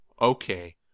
Okay